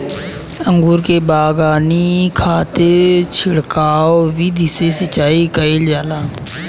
अंगूर के बगावानी खातिर छिड़काव विधि से सिंचाई कईल जाला